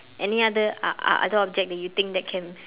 any other uh uh other object that you think that can